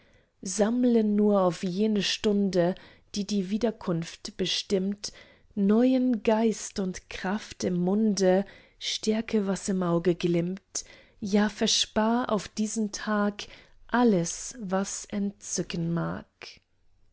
sammle nur auf jene stunde die die wiederkunft bestimmt neuen geist und kraft im munde stärke was im auge glimmt ja verspar auf diesen tag alles was entzücken mag